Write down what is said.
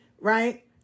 right